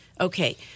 Okay